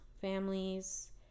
families